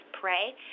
pray